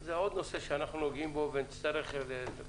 שזה עוד נושא שאנחנו נוגעים בו ונצטרך לקדם,